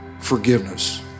forgiveness